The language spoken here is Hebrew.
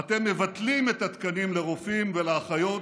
אתם מבטלים את התקנים לרופאים ולאחיות,